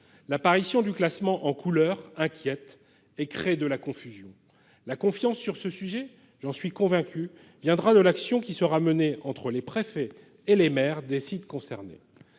L'apparition du classement en couleurs inquiète et crée de la confusion. La confiance sur ce sujet, j'en suis convaincu, viendra de l'action qui sera menée entre les préfets et les maires des sites concernés.